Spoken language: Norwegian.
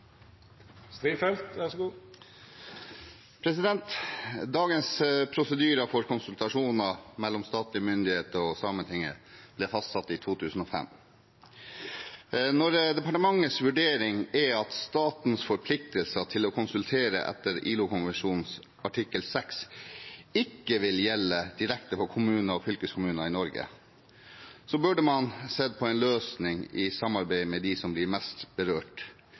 at statens forpliktelser til å konsultere etter ILO-konvensjonens artikkel 6 ikke vil gjelde direkte for kommuner og fylkeskommuner i Norge, burde man sett på en løsning i samarbeid med de som blir mest berørt,